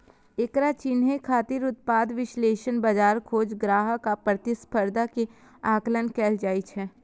एकरा चिन्है खातिर उत्पाद विश्लेषण, बाजार खोज, ग्राहक आ प्रतिस्पर्धा के आकलन कैल जाइ छै